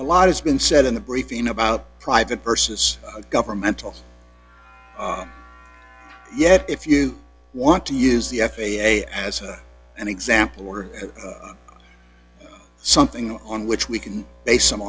a lot has been said in the briefing about private versus governmental yet if you want to use the f a a as an example or something on which we can base some